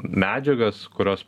medžiagas kurios